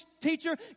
teacher